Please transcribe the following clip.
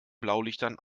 blaulichtern